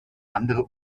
andere